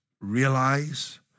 realize